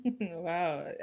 Wow